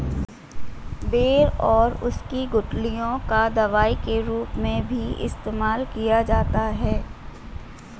बेर और उसकी गुठलियों का दवाई के रूप में भी इस्तेमाल किया जाता है